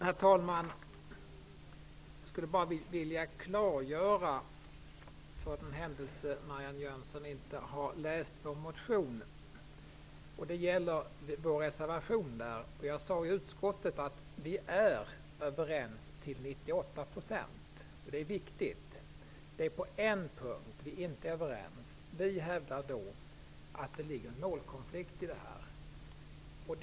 Herr talman! Jag vill bara komma med ett klargörande för den händelse att Marianne Jönsson inte har tagit del av vår motion. Det gäller vår reservation i den delen. Jag sade i utskottet att vi är överens till 98 %, och det är viktigt. Det är på en punkt som vi inte är överens. Vi hävdar att det ligger en målkonflikt i detta.